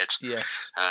Yes